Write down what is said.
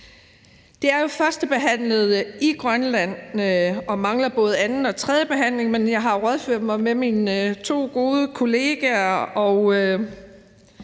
Det er jo førstebehandlet i Grønland og mangler både anden og tredje behandling, men jeg har jo rådført mig med mine to gode kollegaer, og